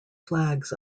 flags